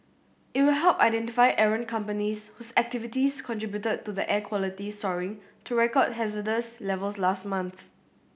it will help identify errant companies whose activities contributed to the air quality soaring to record hazardous levels last month